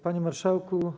Panie Marszałku!